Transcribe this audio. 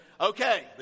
Okay